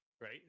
right